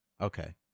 Okay